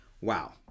Wow